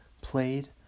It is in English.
played